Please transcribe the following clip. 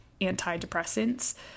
antidepressants